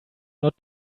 not